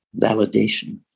Validation